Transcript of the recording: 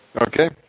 Okay